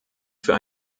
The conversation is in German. für